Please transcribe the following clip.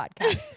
podcast